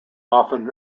often